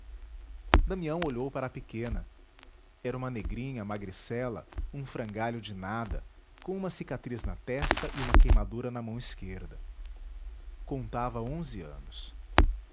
damião olhou para a pequena era uma negrinha magricela um frangalho de nada com uma cicatriz na testa e uma queimadura na mão esquerda contava onze anos